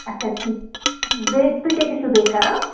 اچھا ٹھیٖک بیٚیہِ تُہۍ کیٛاہ کیٛاہ چھُو بیٚیہِ کَران